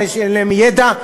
אלה שאין להם ידע.